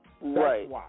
Right